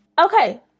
Okay